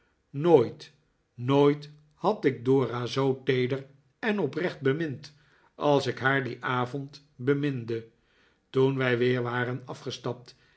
nooit nooit had ik dora zoo feeder en oprecht bemind als ik haar dien avond beminde toen wij weer waren afgestapt